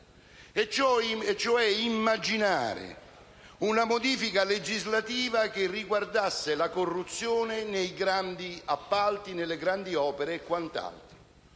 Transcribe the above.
cioè, immaginare una modifica legislativa riguardante la corruzione nei grandi appalti, nelle grandi opere, ovvero